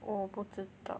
我不知道